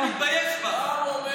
הוא היה מתבייש בך.